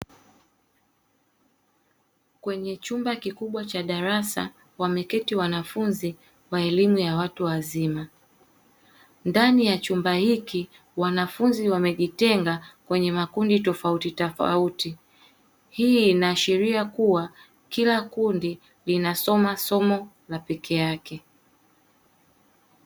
Kwenye chumba kikubwa cha darasa wameketi wanafunzi wa elimu ya watu wazima. Ndani ya chumba hiki wanafunzi wamejitenga kwenye makundi tofautitofauti; hii inaashiria kuwa kila kundi linasoma somo la peke yake.